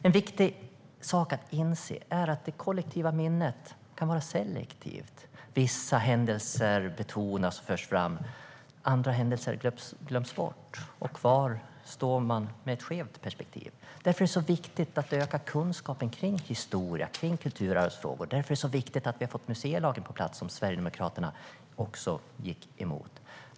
En viktig sak att inse är att det kollektiva minnet kan vara selektivt. Vissa händelser betonas och förs fram. Andra händelser glöms bort. Kvar står man med ett skevt perspektiv. Därför är det så viktigt att öka kunskapen om historia och kulturarvsfrågor. Därför är det så viktigt att vi har fått museilagen på plats, som Sverigedemokraterna också gick emot.